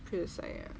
preassigned ah